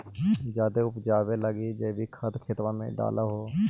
जायदे उपजाबे लगी जैवीक खाद खेतबा मे डाल हो?